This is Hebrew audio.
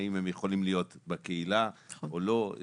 האם הם יכולים להיות בקהילה או לא,